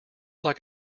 like